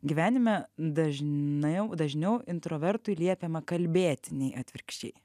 gyvenime dažniau dažniau introvertui liepiama kalbėti nei atvirkščiai